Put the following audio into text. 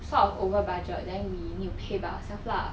sort of over budget then we need to pay by ourself lah